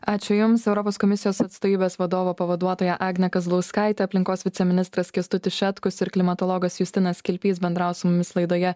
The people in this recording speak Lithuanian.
ačiū jums europos komisijos atstovybės vadovo pavaduotoja agnė kazlauskaitė aplinkos viceministras kęstutis šetkus ir klimatologas justinas kilpys bendravo su mumis laidoje